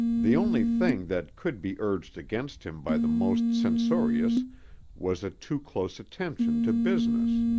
the only thing that could be urged against him by the most censorious was a too close attention to business.